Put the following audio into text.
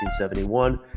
1971